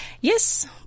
Yes